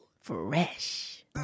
Fresh